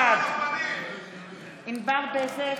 בעד ענבר בזק,